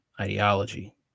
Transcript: ideology